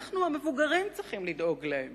אנחנו המבוגרים צריכים לדאוג להם